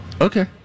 Okay